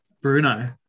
Bruno